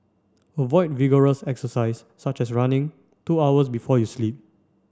avoid vigorous exercise such as running two hours before you sleep